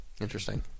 Interesting